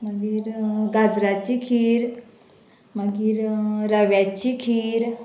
मागीर गाजराची खीर मागीर रव्याची खीर